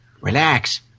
Relax